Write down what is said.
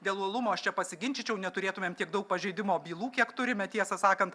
dėl uolumo aš čia pasiginčyčiau neturėtumėm tiek daug pažeidimo bylų kiek turime tiesą sakant